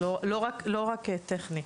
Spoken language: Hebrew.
זה לא רק טכני.